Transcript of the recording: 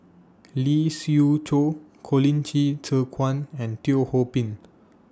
Lee Siew Choh Colin Qi Zhe Quan and Teo Ho Pin